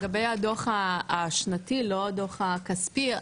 לגבי הדו"ח השנתי, לא הדו"ח הכספי.